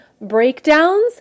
breakdowns